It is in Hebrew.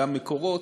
גם "מקורות",